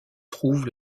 trouve